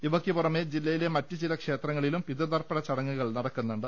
ഇവയ്ക്ക് പുറമെ ജില്ലയിലെ മറ്റ് ചില ക്ഷേത്രങ്ങളിലും പിതൃ തർപ്പണ ചടങ്ങുകൾ നടക്കുന്നുണ്ട്